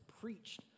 preached